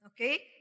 Okay